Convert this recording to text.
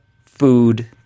food